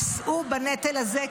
יישאו בנטל הזה.